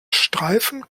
streifen